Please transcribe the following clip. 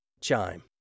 Chime